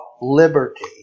liberty